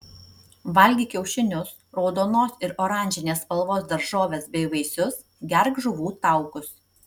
valgyk kiaušinius raudonos ir oranžinės spalvos daržoves bei vaisius gerk žuvų taukus